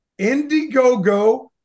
Indiegogo